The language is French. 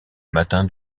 matin